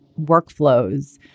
workflows